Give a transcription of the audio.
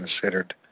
considered